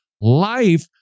life